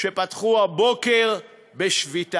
לרשויות המקומיות, שפתחו הבוקר בשביתה.